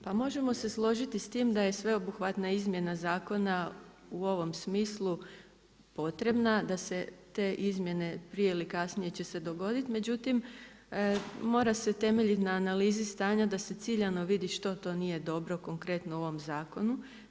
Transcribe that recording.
Pa možemo se složiti s time da je sveobuhvatna izmjena zakona u ovom smislu potrebna da se te izmjene prije ili kasnije će se dogoditi, međutim mora se temeljiti na analizi stanja da se ciljano vidi što to nije dobro, konkretno u ovom zakonu.